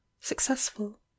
successful